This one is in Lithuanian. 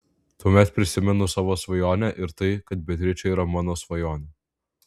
tuomet prisimenu savo svajonę ir tai kad beatričė yra mano svajonė